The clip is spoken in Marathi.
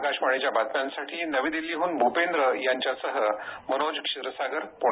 आकाशवाणीच्या बातम्यांसाठी नवी दिल्लीहून भूपेंद्र यांच्यासह मनोज क्षीरसागर पुणे